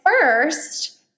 first